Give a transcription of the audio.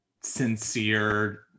sincere